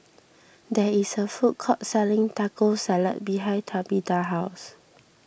there is a food court selling Taco Salad behind Tabitha's house